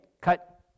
cut